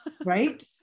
Right